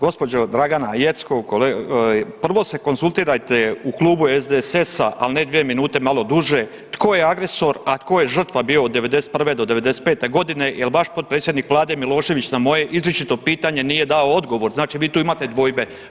Gospođo Dragana Jeckov prvo se konzultirajte u klubu SDSS-a, al ne dve minute malo duže, tko je agresor, a tko je žrtva bio od '91. do '95.g. jel vaš potpredsjednik Vlade Milošević na moje izričito pitanje nije dao odgovor znači vi tu imate dvojbe.